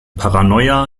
paranoia